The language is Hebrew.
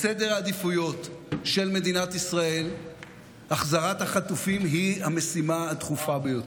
בסדר העדיפויות של מדינת ישראל החזרת החטופים היא המשימה הדחופה יותר,